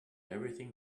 everything